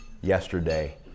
yesterday